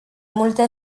multe